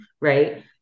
right